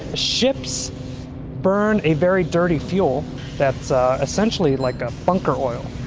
ships burn a very dirty fuel that's essentially like a bunker oil,